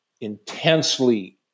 intensely